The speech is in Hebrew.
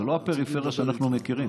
זה לא הפריפריה שאנחנו מכירים.